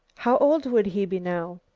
how old would he be now?